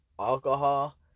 alcohol